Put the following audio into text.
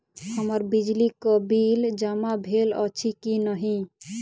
हम्मर बिजली कऽ बिल जमा भेल अछि की नहि?